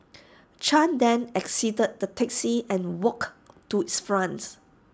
chan then exited the taxi and walked to its fronts